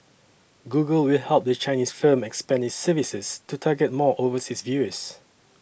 Google will help the Chinese firm expand services to target more overseas viewers